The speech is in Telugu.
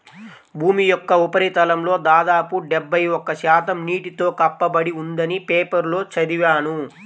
భూమి యొక్క ఉపరితలంలో దాదాపు డెబ్బై ఒక్క శాతం నీటితో కప్పబడి ఉందని పేపర్లో చదివాను